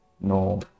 no